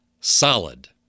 Solid